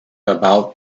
about